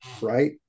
right